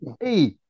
Hey